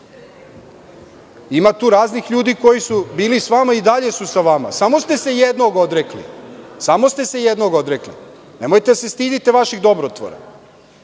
Ima tu raznih ljudi koji su bili sa vama i dalje su sa vama. Samo ste se jednog odrekli. Nemojte da se stidite vaših dobrotvora.